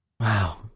Wow